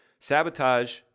sabotage